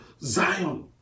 Zion